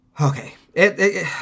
Okay